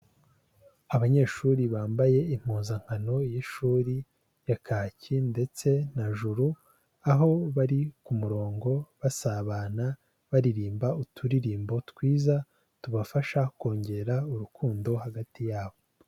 Abanyeshuri bambaye impuzankano y'ishuri ya kaki ndetse na juru, aho bari ku murongo basabana baririmba uturirimbo twiza tubafasha kongera urukundo hagati yabo.